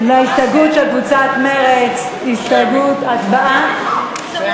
ההסתייגויות של קבוצת סיעת חד"ש לסעיף 23, משרד